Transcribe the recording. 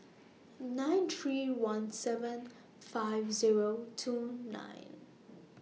nine three one seven five Zero two nine